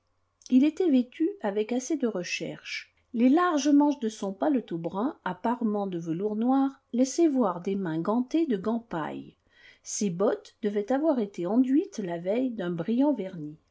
il était vêtu avec assez de recherche les larges manches de son paletot brun à parements de velours noir laissaient voir des mains gantées de gants paille ses bottes devaient avoir été enduites la veille d'un brillant vernis